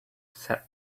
said